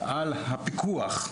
על הפיקוח,